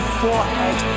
forehead